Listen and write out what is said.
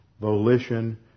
volition